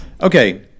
Okay